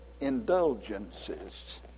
indulgences